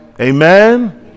Amen